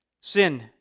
sin